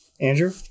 Andrew